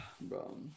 Bro